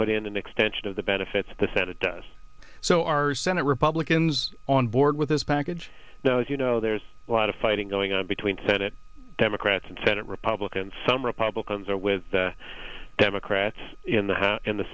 put in an extension of the benefits the senate does so are senate republicans on board with this package now as you know there's a lot of fighting going on between senate democrats and senate republicans some republicans are with the democrats in the